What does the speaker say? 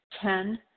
Ten